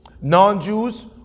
non-Jews